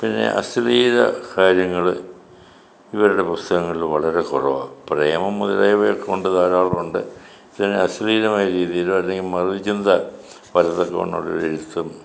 പിന്നെ അശ്ലീല കാര്യങ്ങൾ ഇവരുടെ പുസ്തകങ്ങളിൽ വളരെ കുറവാണ് പ്രേമം മുതലായവയൊക്കെ ഉണ്ട് ധാരാളം ഉണ്ട് അശ്ലീലമായ രീതിയിലോ അല്ലെങ്കിൽ മത ചിന്ത പരത്തക്കവണ്ണം ഉള്ള എഴുത്തും